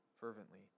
fervently